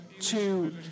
two